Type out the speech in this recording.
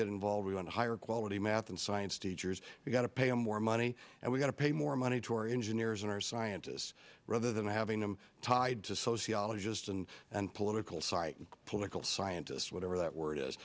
get involved we want higher quality math and science teachers we've got to pay more money and we're going to pay more money to our engineers and our scientists rather than having them tied to sociologists and and political science political scientists whatever that word is